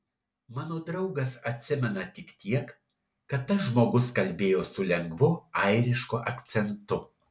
mano draugas atsimena tik tiek kad tas žmogus kalbėjo su lengvu airišku akcentu